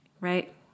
Right